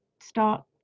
start